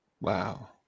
Wow